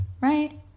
Right